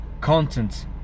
content